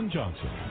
Johnson